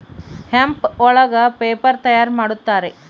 hemp ಒಳಗ paper ತಯಾರ್ ಮಾಡುತ್ತಾರೆ